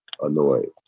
annoyed